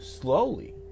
slowly